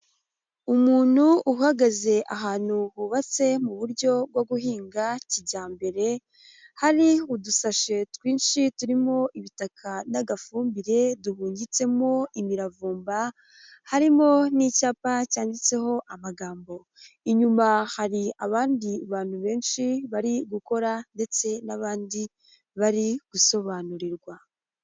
Umuntu uhagaze ahantu hubatse mu buryo bwo guhinga kijyambere, hari udusashe twinshi turimo ibitaka n'agafumbire duhungitsemo imiravumba, harimo n'icyapa cyanditseho amagambo. Inyuma hari abandi bantu benshi bari gukora ndetse n'abandi bari gusobanurirwa.